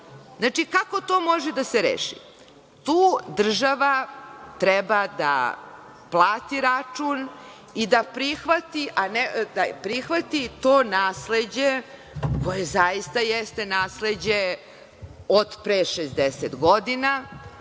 vrednost. Kako to može da se reši? Tu država treba da plati račun i da prihvati to nasleđe koje zaista jeste nasleđe od pre 60 godina,